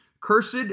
Cursed